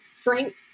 strengths